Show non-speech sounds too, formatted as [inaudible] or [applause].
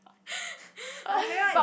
[laughs] my favourite one is